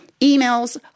emails